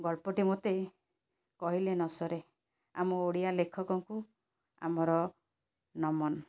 ଗଳ୍ପଟି ମୋତେ କହିଲେ ନ ସରେ ଆମ ଓଡ଼ିଆ ଲେଖକଙ୍କୁ ଆମର ନମନ୍